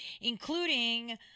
including